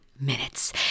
Minutes